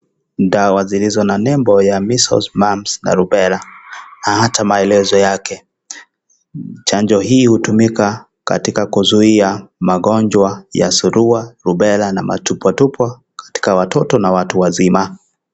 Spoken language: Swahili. Dawa zilizo na nembo ya Measles, Mumps na Rubella na hata maelezo yake. Chanjo hii hutumika katika kuzuia magonjwa ya surua, rubella, na matupwatupwa katika watoto na watu wazima.